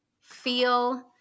feel